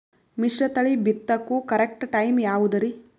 ಮಿಶ್ರತಳಿ ಬಿತ್ತಕು correct time ಯಾವುದರಿ?